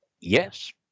Yes